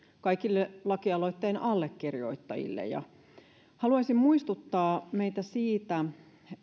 kaikille lakialoitteen allekirjoittajille haluaisin muistuttaa meitä siitä